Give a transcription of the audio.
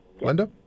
Linda